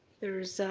there's,